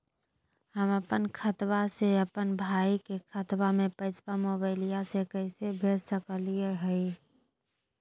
हम अपन खाता से अपन भाई के खतवा में पैसा मोबाईल से कैसे भेज सकली हई?